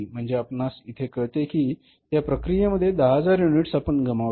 म्हणजे आपणास इथे कळते कि या प्रक्रियेमध्ये 10000 युनिट्स आपण गमावले